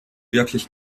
wirklich